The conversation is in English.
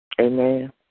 Amen